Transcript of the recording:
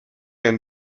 and